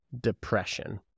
depression